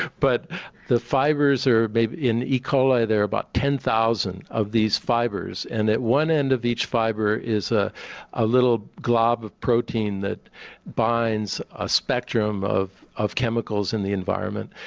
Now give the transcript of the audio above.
but the fibres are made in e coli there are about ten thousand of these fibres and at one end of each fibre is ah a little glob of protein that binds a spectrum of of chemicals in the environment.